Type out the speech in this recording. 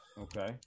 Okay